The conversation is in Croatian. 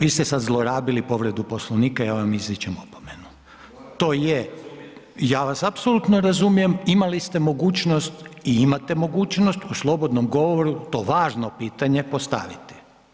Vi ste sada zlorabili povredu Poslovnika i ja vam izričem opomenu. … [[Upadica se ne razumije.]] Ja vas apsolutno razumijem, imali ste mogućnost i imate mogućnost u slobodnom govoru to važno pitanje postaviti.